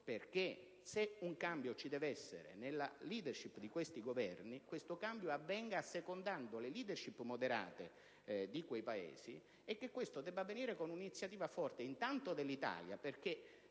perché, se un cambio ci deve essere nella *leadership* di questi Governi, esso avvenga assecondando le *leadership* moderate di quei Paesi, e avvenga con un'iniziativa forte, intanto dell'Italia,